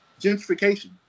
gentrification